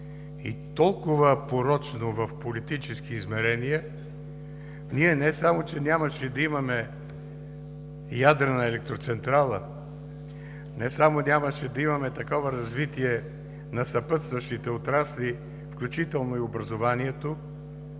и толкова порочно в политически измерения, ние не само че нямаше да имаме ядрена електроцентрала, не само нямаше да имаме такова развитие на съпътстващите отрасли, включително и образованието,